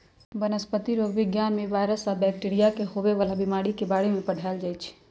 वनस्पतिरोग विज्ञान में वायरस आ बैकटीरिया से होवे वाला बीमारी के बारे में पढ़ाएल जाई छई